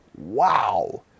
Wow